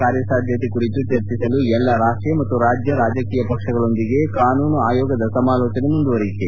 ಕಾರ್ಯಸಾಧ್ಯತೆ ಕುರಿತು ಚರ್ಚಿಸಲು ಎಲ್ತಾ ರಾಷ್ಟೀಯ ಮತ್ತು ರಾಜ್ಯದ ರಾಜಕೀಯ ಪಕ್ಷಗಳೊಂದಿಗೆ ಕಾನೂನು ಆಯೋಗದ ಸಮಾಲೋಚನೆ ಮುಂದುವರಿಕೆ